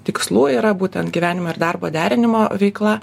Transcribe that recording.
tikslų yra būtent gyvenimo ir darbo derinimo veikla